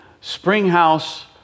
Springhouse